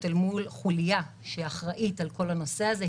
אל מול חוליה שאחראית על כל הנושא הזה,